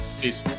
Peace